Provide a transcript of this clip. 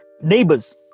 neighbors